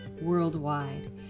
worldwide